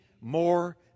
more